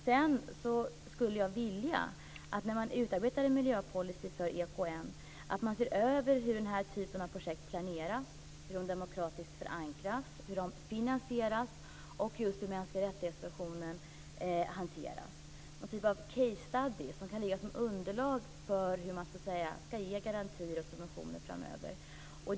Jag skulle vilja att man, när man utarbetar en miljöpolicy för EKN, ser över hur den här typen av projekt planeras, hur de demokratiskt förankras, hur de finansieras och hur situationen när det gäller de mänskliga rättigheterna hanteras. Det skulle vara någon typ av keystudy som kan ligga som underlag för hur man skall ge garantier och subventioner framöver.